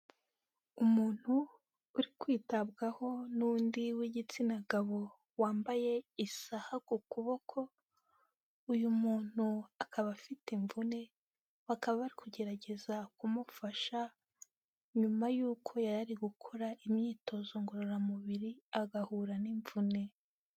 Umuntu uri kwitabwaho n'undi w'igitsina gabo wambaye isaha ku kuboko, uyu muntu akaba afite imvune bakaba bari kugerageza kumufasha nyuma y'uko yari gukora imyitozo ngororamubiri agahura n'imvune.